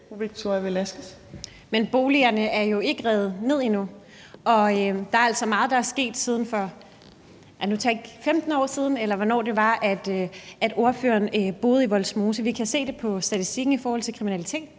Men boligerne er jo ikke revet ned endnu, og der er altså meget, der er sket i de sidste 15 år, eller hvornår det var, ordføreren boede i Vollsmose. Vi kan se det på statistikken i forhold til kriminalitet,